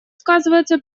сказывается